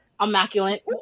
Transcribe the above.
Immaculate